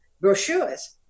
brochures